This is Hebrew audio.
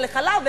לחלב,